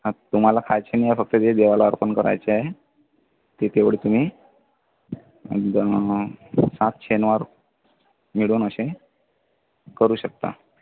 हा तुम्हाला खायची नाही फक्त ते देवाला अर्पण करायची आहे ते तेवढी तुम्ही अ सात शनिवार मिळून असे करू शकता